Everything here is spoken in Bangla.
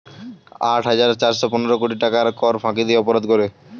আট হাজার চারশ পনেরো কোটি টাকার কর ফাঁকি দিয়ে অপরাধ করে